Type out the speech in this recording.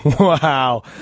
Wow